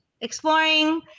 exploring